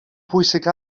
pwysig